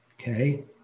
Okay